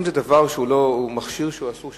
אם זה מכשיר שהוא אסור,